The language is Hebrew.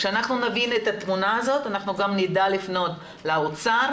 כשנבין את התמונה הזאת גם נדע לפנות לאוצר